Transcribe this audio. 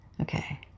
Okay